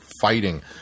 fighting